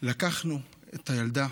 לקחנו את הילדה,